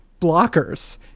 blockers